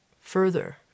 further